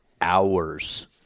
hours